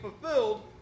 fulfilled